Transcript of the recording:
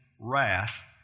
wrath